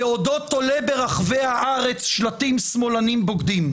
באותו תולה ברחבי הארץ שלטים "שמאלנים בוגדים",